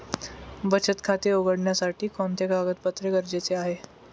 बचत खाते उघडण्यासाठी कोणते कागदपत्रे गरजेचे आहे?